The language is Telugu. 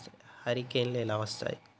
హరికేన్లు ఎలా వస్తాయి?